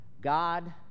God